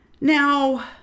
Now